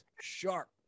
sharp